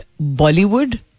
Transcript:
Bollywood